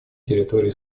территории